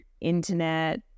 internet